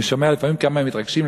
אני שומע לפעמים כמה הם מתרגשים,